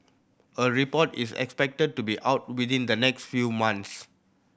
a report is expected to be out within the next few months